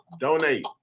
Donate